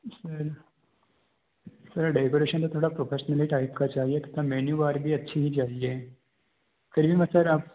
sir sir decoration तो थोड़ा professionally type का चाहिए तथा मेन्युबार भी अच्छी ही चाहिए कहिये ना सर आप